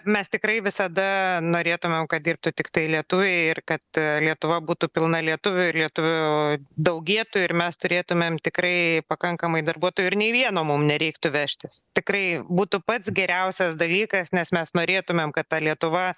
mes tikrai visada norėtumėm kad dirbtų tiktai lietuviai ir kad lietuva būtų pilna lietuvių ir lietuvių daugėtų ir mes turėtumėm tikrai pakankamai darbuotojų ir nei vieno mum nereiktų vežtis tikrai būtų pats geriausias dalykas nes mes norėtumėm kad ta lietuva